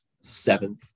seventh